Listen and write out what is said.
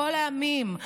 כל העמים.